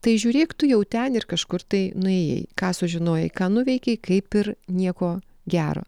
tai žiūrėk tu jau ten ir kažkur tai nuėjai ką sužinojai ką nuveikei kaip ir nieko gero